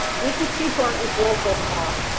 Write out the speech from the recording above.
we can see who our influnls are.